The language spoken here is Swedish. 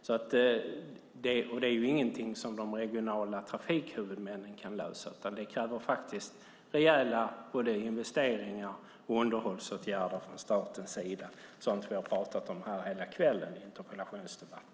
Det är ingenting som de regionala trafikhuvudmännen kan lösa, utan det kräver faktiskt rejäla investeringar och underhållsåtgärder från statens sida. Det är sådant som vi har pratat om här hela kvällen i interpellationsdebatterna.